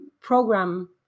program